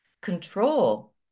Control